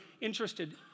interested